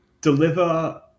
deliver